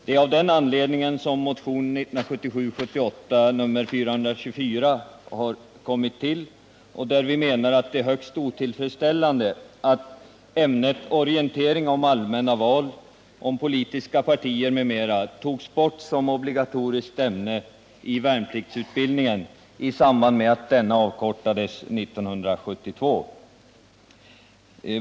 Det är av den anledningen motionen 1977/78:424 kommit till. Vi menar att det är högst otillfredsställande att ämnet orientering om allmänna val, politiska partier m.m. togs bort som obligatoriskt ämne i värnpliktsutbildningen i samband med att denna avkortades 1972.